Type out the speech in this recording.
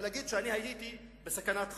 ולהגיד שהייתי בסכנת חיים.